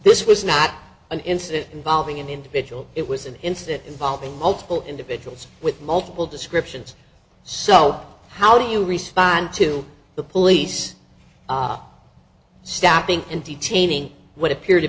this was not an incident involving an individual it was an incident well the multiple individuals with multiple descriptions so how do you respond to the police stopping and detaining what appeared to